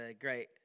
great